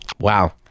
Wow